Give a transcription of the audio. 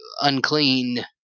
unclean